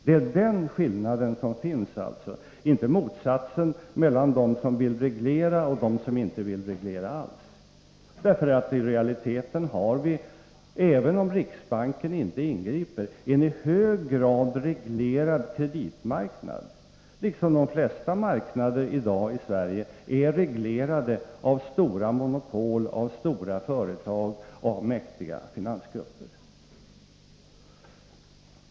Det är alltså den skillnaden som finns, inte motsatsen mellan dem som vill reglera och dem som inte vill reglera. I realiteten har vi, även om riksbanken inte ingriper, en i hög grad reglerad kreditmarknad, liksom de flesta marknader i dag i Sverige är reglerade av stora monopol, av stora företag och av mäktiga finansgrupper.